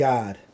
God